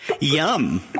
Yum